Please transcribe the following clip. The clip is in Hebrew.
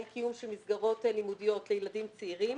קיום של מסגרות לימודיות לילדים צעירים